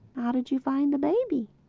how did you find the baby?